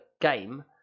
game